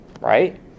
Right